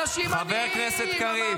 אנשים עניים ------ חבר הכנסת קריב,